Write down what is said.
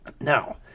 Now